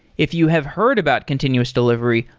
if you have heard about continuous delivery,